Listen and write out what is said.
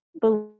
believe